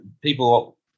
people